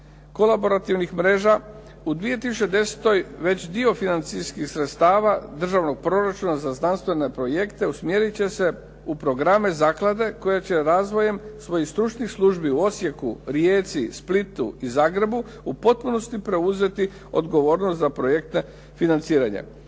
kolaborativnih mreža. U 2010. već dio financijskih sredstava državnog proračuna za znanstvene projekte usmjerit će se u programe zaklade koja će razvojem svojih stručnih službi u Osijeku, Rijeci, Splitu i Zagrebu u potpunosti preuzeti odgovornost za projekte financiranja.